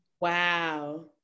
wow